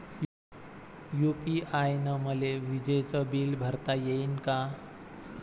UPI न मले विजेचं बिल भरता यीन का?